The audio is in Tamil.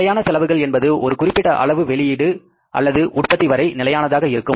நிலையான செலவுகள் என்பது ஒரு குறிப்பிட்ட அளவு வெளியீடு அல்லது உற்பத்தி வரை நிலையானதாக இருக்கும்